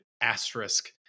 asterisk